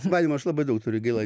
sumanymų aš labai daug turiu gaila